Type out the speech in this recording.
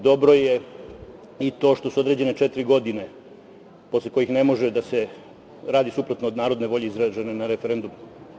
Dobro je i to što su određene četiri godine posle kojih ne može da se radi suprotno od narodne volje izražene na referendumu.